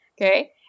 Okay